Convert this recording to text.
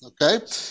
Okay